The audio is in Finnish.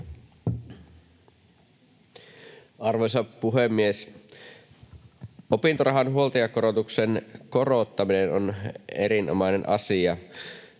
Arvoisa puhemies! Opintorahan huoltajakorotuksen korottaminen on erinomainen asia.